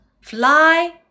Fly